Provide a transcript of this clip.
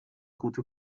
gute